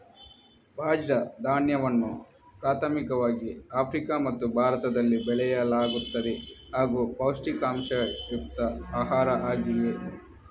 ಬಾಜ್ರ ಧಾನ್ಯವನ್ನು ಪ್ರಾಥಮಿಕವಾಗಿ ಆಫ್ರಿಕಾ ಮತ್ತು ಭಾರತದಲ್ಲಿ ಬೆಳೆಯಲಾಗುತ್ತದೆ ಹಾಗೂ ಪೌಷ್ಟಿಕಾಂಶಯುಕ್ತ ಆಹಾರ ಆಗಿವೆ